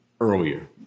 earlier